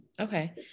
okay